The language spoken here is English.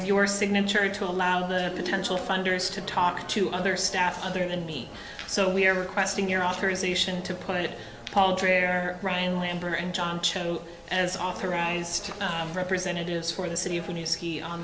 your signature to allow the potential funders to talk to other staff other than me so we're requesting your authorization to put it paltry ryan limper and john cho has authorized representatives for the city of new ski on